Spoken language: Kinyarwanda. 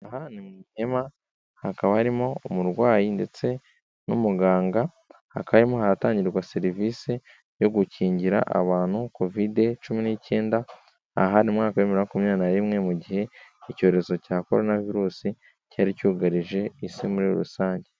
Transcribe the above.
Aha ni mu ihema, hakaba harimo umurwayi ndetse n'umuganga, hakaba harimo haratangirwa serivisi yo gukingira abantu Covid-19. Aha ni mu mwaka w'ibihumbi bibiri na makumyabiri na rimwe, mu gihe cy'icyorezo cya Corona Virus cyari cyugarije Isi muri rusange.